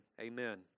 amen